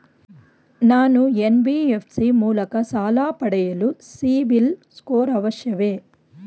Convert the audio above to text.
ನಾನು ಎನ್.ಬಿ.ಎಫ್.ಸಿ ಮೂಲಕ ಸಾಲ ಪಡೆಯಲು ಸಿಬಿಲ್ ಸ್ಕೋರ್ ಅವಶ್ಯವೇ?